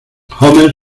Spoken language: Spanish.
homer